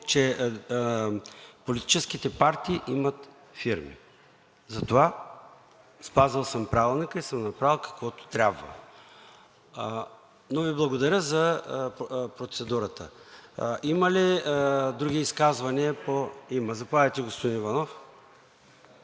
че политическите партии имат фирми. Затова спазил съм Правилника и съм направил каквото трябва, но Ви благодаря за процедурата. Има ли други изказвания? Заповядайте, господин Иванов.